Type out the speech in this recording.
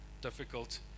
difficult